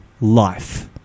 life